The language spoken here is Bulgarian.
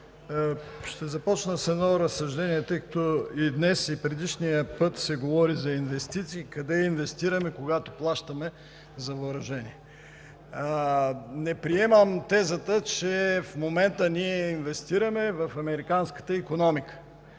Ще започна с едно разсъждение, тъй като и днес, и предишния път се говори за инвестиции – къде инвестираме, когато плащаме за въоръжение. Не приемам тезата, че в момента ние инвестираме в американската икономика.